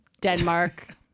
denmark